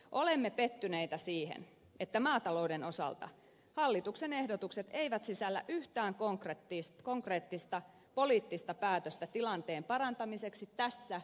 olemme pettyneitä siihen että maatalouden osalta hallituksen ehdotukset eivät sisällä yhtään konkreettista poliittista päätöstä tilanteen parantamiseksi tässä ja nyt